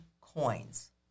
coins